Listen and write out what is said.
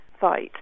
fight